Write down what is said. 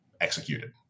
executed